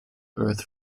earth